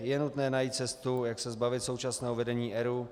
Je nutné najít cestu, jak se zbavit současného vedení ERÚ.